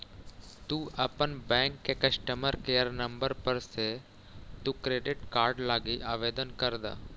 तु अपन बैंक के कस्टमर केयर नंबर पर से तु क्रेडिट कार्ड लागी आवेदन कर द